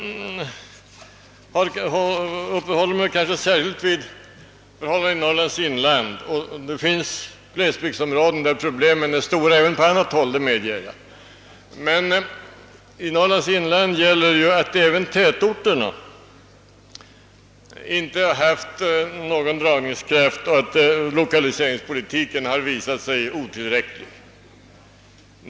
Jag uppehåller mig kanske särskilt mycket vid förhållandena i Norrlands inland — det finns även på andra håll glesbygdsområden där problemen är stora, det medger jag. För Norrlands inland gäller emellertid att inte heller tätorterna har haft någon dragningskraft, och lokaliseringspolitiken har visat sig otillräcklig.